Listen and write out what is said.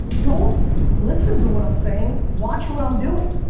don't listen to what i'm saying, watch what i'm doing.